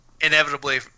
inevitably